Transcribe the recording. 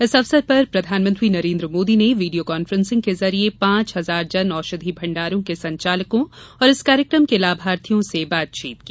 इस अवसर पर प्रधानमंत्री नरेन्द्र मोदी ने वीडियो कांफ्रेंसिंग के जरिये पांच हजार जन औषधि भण्डारों के संचालकों और इस कार्यक्रम के लाभार्थियों से बातचीत की